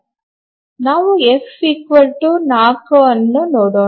ನಾವು ಎಫ್ 4 ಅನ್ನು ನೋಡೋಣ